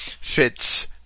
fits